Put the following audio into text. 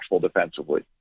defensively